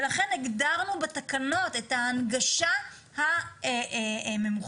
ולכן הגדרנו בתקנות את ההנגשה הממוחשבת,